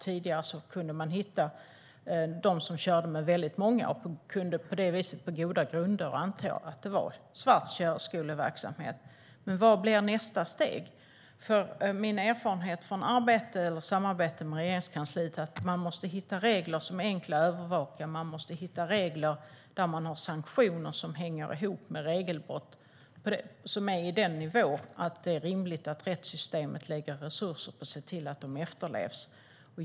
Tidigare fanns det de som körde med väldigt många, och man kunde då på goda grunder anta att det var svart körskoleverksamhet. Men vad blir nästa steg? Min erfarenhet från samarbete med Regeringskansliet är att man måste hitta regler som är enkla att övervaka och där de sanktioner som hänger ihop med regelbrott ligger på en sådan nivå att det är rimligt att rättssystemet lägger resurser på att se till att reglerna efterlevs.